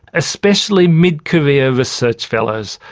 especially mid-career research fellows,